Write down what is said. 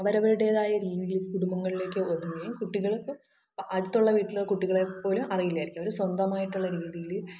അവരവരുടേതായ രീതിയിൽ കുടുംബങ്ങളിലേക്ക് ഒതുങ്ങുകയും കുട്ടികൾക്ക് അടുത്തുള്ള വീട്ടിലെ കുട്ടികളെ പോലും അറിയില്ലായിരിക്കും അവർ സ്വന്തമായിട്ടുള്ള രീതിയിൽ